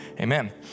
amen